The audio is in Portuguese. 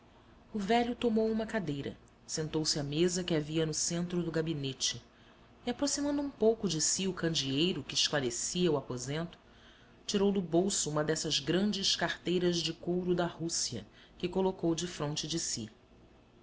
o velho tomou uma cadeira sentou-se à mesa que havia no centro do gabinete e aproximando um pouco de si o candeeiro que esclarecia o aposento tirou do bolso uma dessas grandes carteiras de couro da rússia que colocou defronte de si